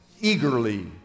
eagerly